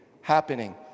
happening